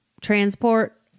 transport